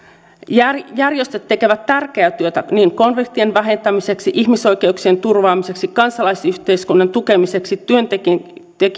ja kustannustehokasta järjestöt tekevät tärkeää työtä konfliktien vähentämiseksi ihmisoikeuksien turvaamiseksi kansalaisyhteiskunnan tukemiseksi työntekijöiden